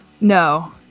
No